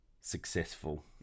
successful